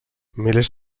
milers